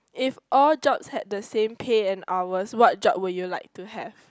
if all jobs had the same pay and hours what job would you like to have